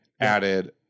added